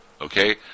Okay